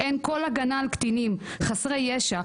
אין כל הגנה על קטינים חסרי ישע,